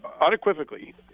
unequivocally